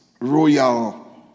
Royal